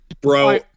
Bro